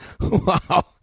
wow